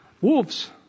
Wolves